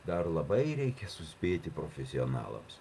dar labai reikia suspėti profesionalams